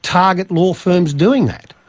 target law firms doing that,